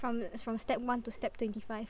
from the from step one to step twenty five